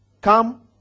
come